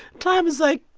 time is, like,